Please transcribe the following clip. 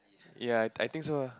ya I think so ah